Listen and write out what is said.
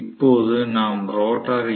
இப்போது நாம் ரோட்டார் ஈ